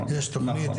יש תכנית,